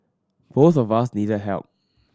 both of us needed help